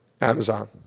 Amazon